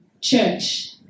church